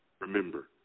Remember